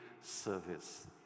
service